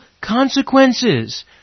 consequences